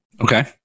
Okay